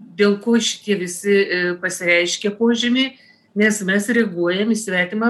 dėl ko šitie visi pasireiškia požymį nes mes reaguojam į svetimą